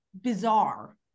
bizarre